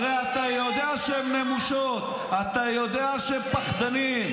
הרי אתה יודע שהם נמושות, אתה יודע שהם פחדנים.